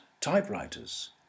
typewriters